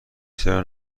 چرا